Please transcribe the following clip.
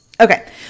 Okay